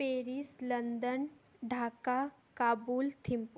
Paris London Dhaka Kabul Thimphu